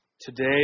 Today